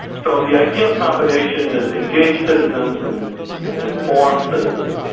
so the ideal combination is engage citizens and and inform citizens.